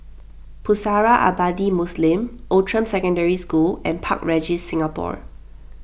Pusara Abadi Muslim Outram Secondary School and Park Regis Singapore